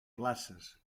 places